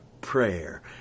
prayer